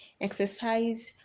Exercise